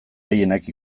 gehienak